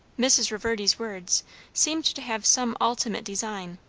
mrs. reverdy's words seemed to have some ultimate design,